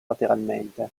lateralmente